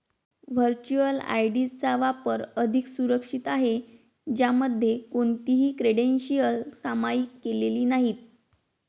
virtual ID चा वापर अधिक सुरक्षित आहे, ज्यामध्ये कोणतीही क्रेडेन्शियल्स सामायिक केलेली नाहीत